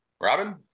Robin